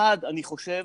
האחד, אני חושב